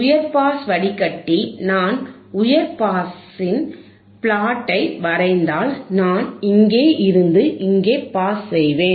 உயர் பாஸ் வடிகட்டி நான் உயர் பாஸின் பிளாட்டை வரைந்தால் நான் இங்கே இருந்து இங்கே பாஸ் செய்வேன்